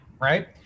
right